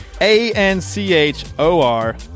A-N-C-H-O-R